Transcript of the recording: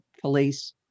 police